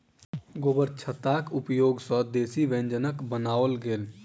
गोबरछत्ताक उपयोग सॅ विदेशी व्यंजनक बनाओल गेल